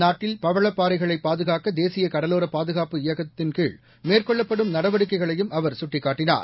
நாட்டில் பவளப்பாறைகளை பாதுகாக்க தேசிய கடலோர பாதுகாப்பு இயக்கத்தின்கீழ் மேற்கொள்ளப்படும் நடவடிக்கைகளையும் அவர் சுட்டிக்காட்டினார்